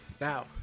Now